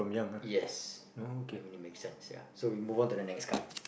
yes I mean it makes sense ya so we move on to the next card